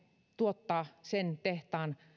tuottaa sen tehtaan